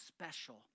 special